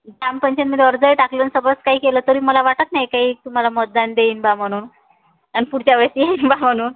ग्रामपंचायतमध्ये अर्जही टाकले आणि सगळंच काही केलं तरी मला वाटत नाही काही तुम्हाला मतदान देईन बा म्हणून आणि पुढच्या वेळेस येईन बा म्हणून